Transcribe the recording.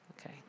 Okay